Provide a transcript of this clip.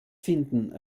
finden